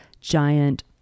giant